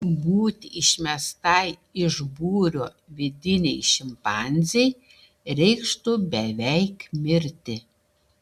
būti išmestai iš būrio vidinei šimpanzei reikštų beveik mirti